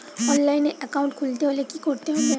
অনলাইনে একাউন্ট খুলতে হলে কি করতে হবে?